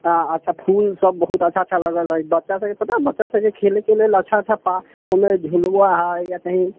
हाॅं अच्छा फूल सभ बहुत अच्छा अच्छा बच्चा सभक पता हय अच्छा अच्छा पा ओहिमे झुलबा हय तऽ कही